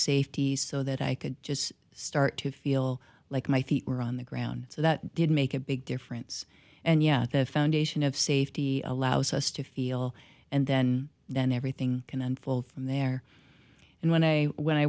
safety so that i could just start to feel like my feet were on the ground so that did make a big difference and yet the foundation of safety allows us to feel and then then everything can unfold from there and when i when i